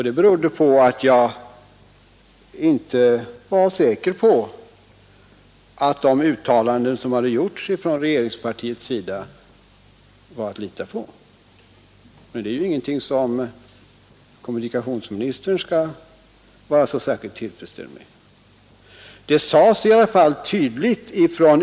Det berodde på att jag inte var säker på att de uttalanden som hade gjorts från regeringspartiets sida var att lita på, och det är ju ingenting som kommunikationsministern skall vara särskilt tillfredsställd över.